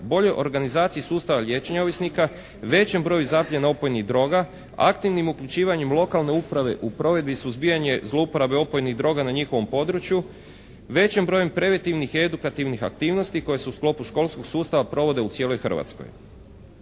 boljoj organizaciji sustava liječenja ovisnika, većem broju zaplijene opojnih droga, aktivnim uključivanjem lokalne uprave u provedbi suzbijanja zlouporabe opojnih droga na njihovom području, većim brojem preventivnim i edukativnih aktivnosti koje se u sklopu školskog sustava provode u cijeloj Hrvatskoj.